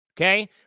Okay